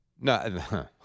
No